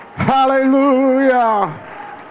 hallelujah